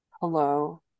hello